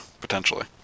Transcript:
potentially